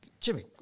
jimmy